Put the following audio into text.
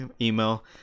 email